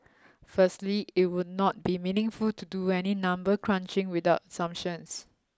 firstly it would not be meaningful to do any number crunching without assumptions